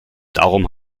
darum